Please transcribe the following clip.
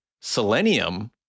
selenium